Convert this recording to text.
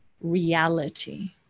reality